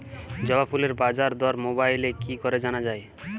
জবা ফুলের বাজার দর মোবাইলে কি করে জানা যায়?